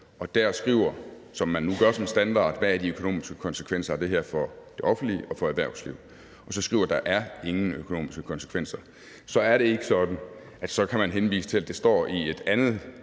og der skriver – som man nu gør som standard, altså skriver, hvad de økonomiske konsekvenser af det her er for det offentlige og for erhvervslivet – at der ikke er nogen økonomiske konsekvenser, så er det ikke sådan, at man så kan henvise til, at det står i et andet